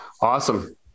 Awesome